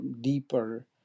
deeper